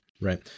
right